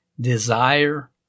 desire